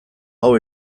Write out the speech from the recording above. hau